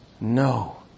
no